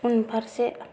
उनफारसे